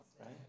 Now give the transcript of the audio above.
right